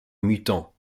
mutant